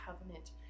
covenant